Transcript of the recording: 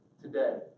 today